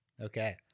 Okay